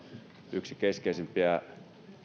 yksi keskeisimpiä